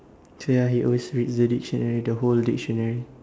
so ya he always reads the dictionary the whole dictionary